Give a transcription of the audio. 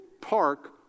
park